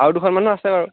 আৰু দুখনমানো আছে বাৰু